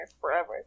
forever